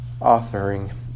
authoring